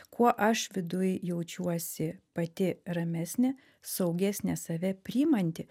kuo aš viduj jaučiuosi pati ramesnė saugesnė save priimanti